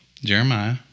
Jeremiah